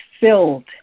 filled